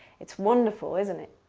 it's wonderful isn't it?